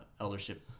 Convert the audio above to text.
eldership